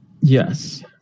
Yes